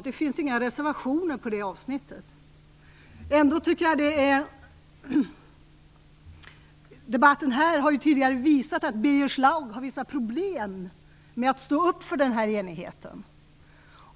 Det finns inga reservationer på det avsnittet. Debatten tidigare här har visat att Birger Schlaug har vissa problem med att stå upp för den här enigheten.